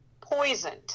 poisoned